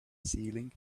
ceiling